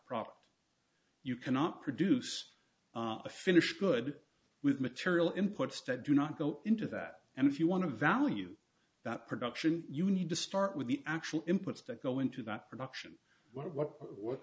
product you cannot produce a finished good with material inputs that do not go into that and if you want to value that production you need to start with the actual inputs that go into that production what